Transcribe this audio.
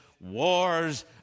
wars